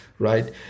Right